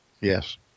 Yes